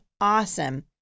awesome